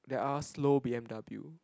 there are slow B_M_W